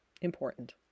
Important